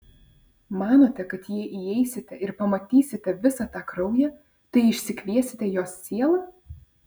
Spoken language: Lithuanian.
manote kad jei įeisite ir pamatysite visą tą kraują tai išsikviesite jos sielą